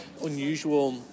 unusual